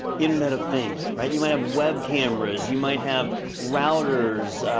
internet of things, right? you might have web cameras, you might have routers